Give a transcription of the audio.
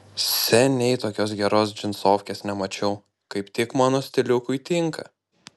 seniai tokios geros džinsofkės nemačiau kaip tik mano stiliukui tinka